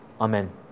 Amen